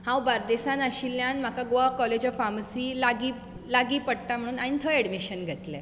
बार्देसान आशिल्ल्यान म्हाका Goa college of pharmacy लागीं लागीं पडटा म्हण हायेन थंय एडमिशन घेतलें